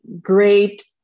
great